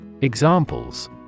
Examples